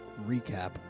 Recap